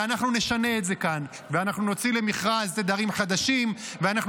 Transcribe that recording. ואנחנו נשנה את זה כאן ואנחנו נוציא למכרז תדרים חדשים ואנחנו